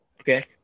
okay